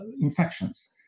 infections